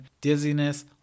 dizziness